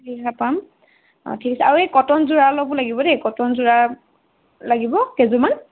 ৰিহা পাম ঠিক আছে আৰু এই কটন যোৰা অলপো লাগিব দেই কটন যোৰা লাগিব কেইযোৰমান